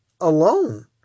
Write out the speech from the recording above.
alone